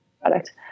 product